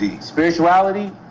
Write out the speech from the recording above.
spirituality